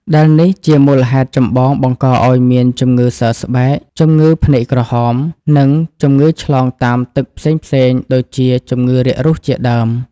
ដែលនេះ ជាមូលហេតុចម្បងបង្កឱ្យមានជំងឺសើស្បែក ជំងឺភ្នែកក្រហម និងជំងឺឆ្លងតាមទឹកផ្សេងៗដូចជាជំងឺរាគរូសជាដើម។